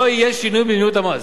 לא יהיה שינוי במדיניות המס.